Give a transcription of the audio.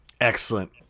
Excellent